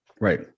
Right